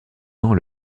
ans